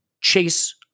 chase